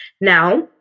Now